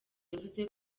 yavuze